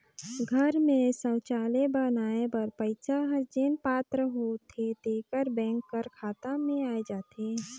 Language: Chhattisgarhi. घर में सउचालय बनाए बर पइसा हर जेन पात्र होथे तेकर बेंक कर खाता में आए जाथे